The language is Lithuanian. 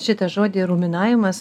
šitą žodį ruminavimas